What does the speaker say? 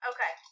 Okay